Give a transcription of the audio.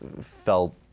felt